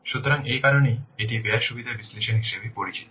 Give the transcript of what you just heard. সুতরাং এই কারণেই এটি ব্যয় সুবিধা বিশ্লেষণ হিসাবে পরিচিত